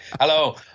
Hello